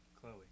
Chloe